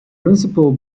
principle